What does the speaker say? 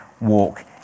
walk